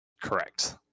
Correct